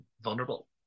vulnerable